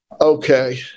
okay